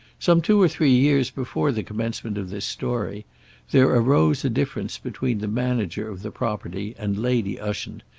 some two or three years before the commencement of this story there arose a difference between the manager of the property and lady ushant,